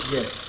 Yes